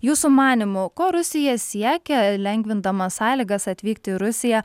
jūsų manymu ko rusija siekia lengvindama sąlygas atvykt į rusiją